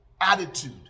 attitude